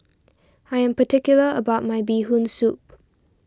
I am particular about my Bee Hoon Soup